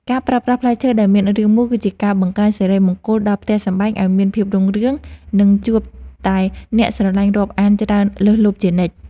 ការប្រើប្រាស់ផ្លែឈើដែលមានរាងមូលគឺជាការបង្កើនសិរីមង្គលដល់ផ្ទះសម្បែងឱ្យមានភាពរុងរឿង និង ជួបតែអ្នកស្រឡាញ់រាប់អានច្រើនលើសលប់ជានិច្ច។